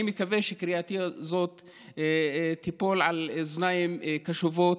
אני מקווה שקריאתי זו תיפול על אוזניים קשובות.